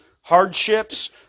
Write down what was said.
hardships